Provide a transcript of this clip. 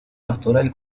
pastoral